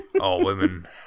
all-women